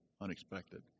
unexpected